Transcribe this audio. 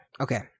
Okay